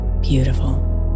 beautiful